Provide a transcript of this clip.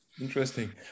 interesting